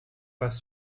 pas